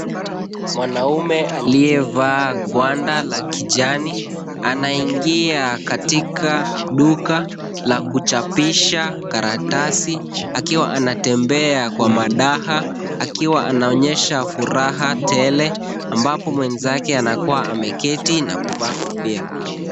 Mwanaume aliyevaa ngwanda la kijani, anaingia katika duka la kuchapisha karatasi, akiwa anatembea kwa madaha akiwa anaonyesha furaha tele, ambapo mwenzake anakuwa ameketi na kuvaa kofia.